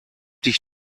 dich